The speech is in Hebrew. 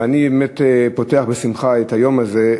ואני באמת פותח בשמחה את היום הזה,